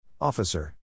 Officer